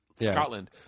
scotland